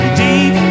deep